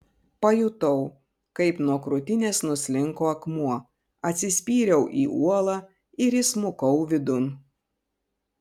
pajutau kaip nuo krūtinės nuslinko akmuo atsispyriau į uolą ir įsmukau vidun